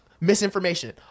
misinformation